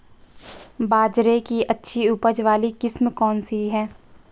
बाजरे की अच्छी उपज वाली किस्म कौनसी है?